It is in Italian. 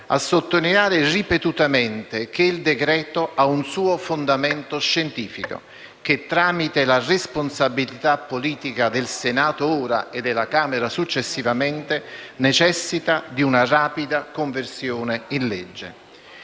a sottolineare ripetutamente che il decreto-legge ha un suo fondamento scientifico e che, tramite la responsabilità politica del Senato ora e della Camera successivamente, necessita di una rapida conversione in legge.